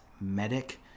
medic